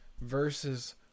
verses